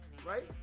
Right